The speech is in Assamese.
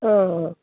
অঁ